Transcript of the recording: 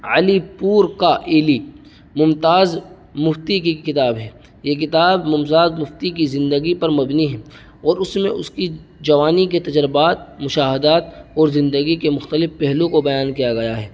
علی پور کا ایلی ممتاز مفتی کی کتاب ہے یہ کتاب ممتاز مفتی کی زندگی پر مبنی ہیں اور اس میں اس کی جوانی کے تجربات مشاہدات اور زندگی کے مختلف پہلو کو بیان کیا گیا ہے